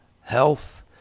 Health